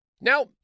Now